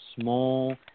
small